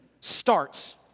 starts